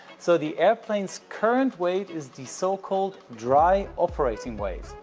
so, the airplane's current weight is the so-called dry operating weight